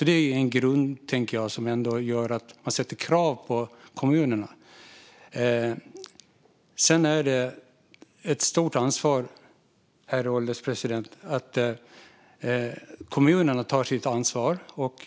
Det är en grund, tänker jag, som ändå gör att man ställer krav på kommunerna. Sedan är det ett stort ansvar, herr ålderspresident, som det är viktigt att kommunerna tar.